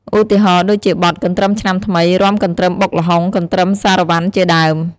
ឧទាហរណ៍ដូចជាបទ កន្ទ្រឹមឆ្នាំថ្មី រាំកន្ទ្រឹមបុកល្ហុង កន្ទ្រឹមសារ៉ាវ៉ាន់ជាដើម។